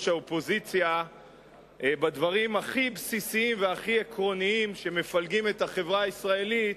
האופוזיציה בדברים הכי בסיסיים והכי עקרוניים שמפלגים את החברה הישראלית,